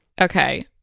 Okay